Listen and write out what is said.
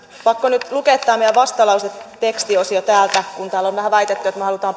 pakko nyt lukea tämä meidän vastalauseemme tekstiosio kun täällä on vähän väitetty että me haluamme